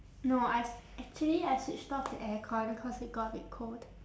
no I actually I switched off the aircon cause it got a bit cold